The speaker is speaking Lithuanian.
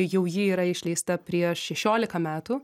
jau ji yra išleista prieš šešiolika metų